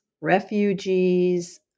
refugees